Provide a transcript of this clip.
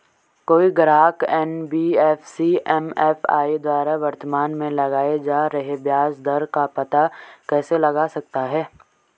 कोई ग्राहक NBFC MFI द्वारा वर्तमान में लगाए जा रहे ब्याज दर का पता कैसे लगा सकता है?